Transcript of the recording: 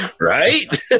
Right